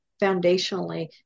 foundationally